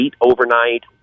overnight